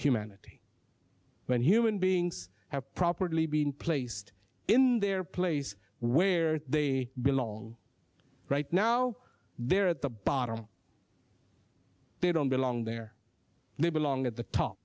humanity when human beings have properly been placed in their place where they belong right now they're at the bottom they don't belong there they belong at the top